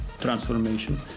transformation